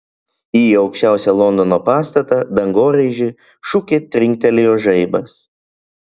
į aukščiausią londono pastatą dangoraižį šukė trinktelėjo žaibas